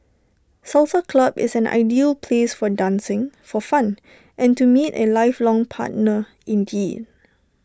salsa club is an ideal place for dancing for fun and to meet A lifelong partner indeed